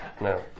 No